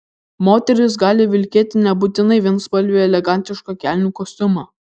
moteris gali vilkėti nebūtinai vienspalvį elegantišką kelnių kostiumą